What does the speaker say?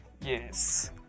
Yes